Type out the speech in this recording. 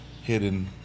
hidden